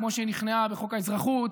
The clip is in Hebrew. כמו שהיא נכנעה בחוק האזרחות,